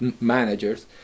managers